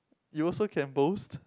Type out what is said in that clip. you also can boast